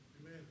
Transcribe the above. Amen